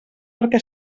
perquè